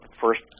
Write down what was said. first